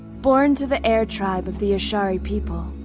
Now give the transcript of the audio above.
born to the air tribe of the ashari people,